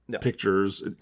pictures